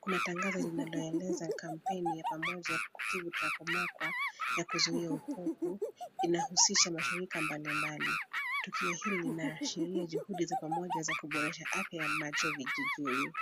kuna tangazo linaloeleza kampeni ya pamoja ya kutibu Trachoma kwa ya kuzuia upofu inahusisha mashirika mbali mbali. Tukio hili lina ashiria juhudi za pamoja za kuboresha afya ya macho vijijini.